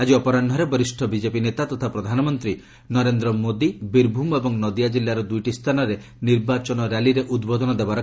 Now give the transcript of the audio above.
ଆଜି ଅପରାହ୍ୱରେ ବରିଷ୍ଠ ବିଜେପି ନେତା ତଥା ପ୍ରଧାନମନ୍ତ୍ରୀ ନରେନ୍ଦ୍ର ମୋଦି ବୀରଭୂମ୍ ଏବଂ ନଦିଆ ଜିଲ୍ଲାର ଦୁଇଟି ସ୍ଥାନରେ ନିର୍ବାଚନ ର୍ୟାଲିରେ ଉଦ୍ବୋଧନ ଦେବେ